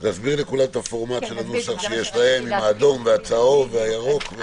נסביר לכולם את הפורמט של הנוסח שיש להם עם האדום והצהוב והירוק.